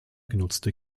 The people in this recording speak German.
genutzte